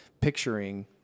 picturing